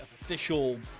official